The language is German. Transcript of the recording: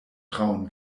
trauen